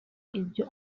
ibyo